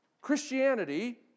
Christianity